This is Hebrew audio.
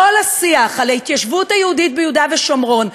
כל השיח על ההתיישבות היהודית ביהודה ושומרון,